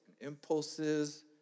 impulses